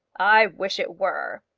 i wish it were.